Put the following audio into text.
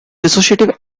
dissociative